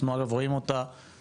אנחנו, אגב, רואים אותה כמתעצמת.